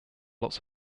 lots